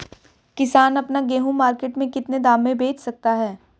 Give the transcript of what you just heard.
किसान अपना गेहूँ मार्केट में कितने दाम में बेच सकता है?